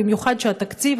במיוחד כשהתקציב,